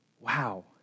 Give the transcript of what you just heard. Wow